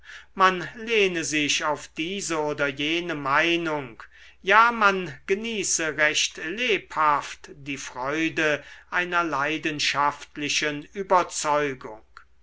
man lehne sich auf diese oder jene meinung ja man genieße recht lebhaft die freude einer leidenschaftlichen überzeugung